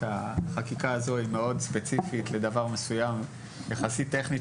החקיקה הזו היא מאוד ספציפית ויחסית טכנית,